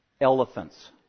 Elephants